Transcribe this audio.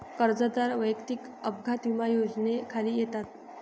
कर्जदार वैयक्तिक अपघात विमा योजनेखाली येतात